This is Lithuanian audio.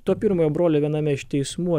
to pirmojo brolio viename iš teismų